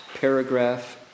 paragraph